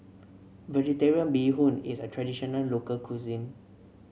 vegetarian Bee Hoon is a traditional local cuisine